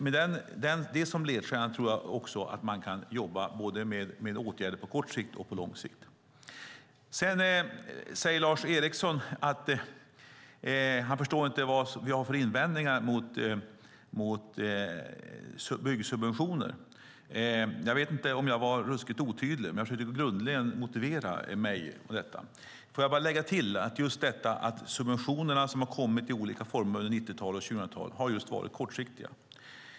Med det som ledstjärna tror jag att man kan jobba med åtgärder både på kort sikt och på lång sikt. Lars Eriksson säger att han inte förstår vad vi har för invändningar mot byggsubventioner. Jag vet inte om jag var ruskigt otydlig, men jag försökte grundligt motivera detta. Får jag bara lägga till att subventionerna, som har kommit i olika former under 1990-tal och 2000-tal, har varit just kortsiktiga.